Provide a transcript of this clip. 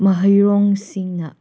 ꯃꯍꯩꯔꯣꯏꯁꯤꯡꯅ